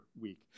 week